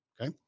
okay